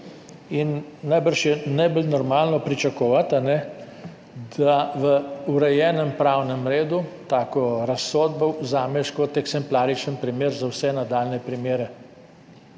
Najbrž je najbolj normalno pričakovati, da v urejenem pravnem redu tako razsodbo vzameš kot eksemplaričen primer za vse nadaljnje primere.